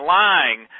lying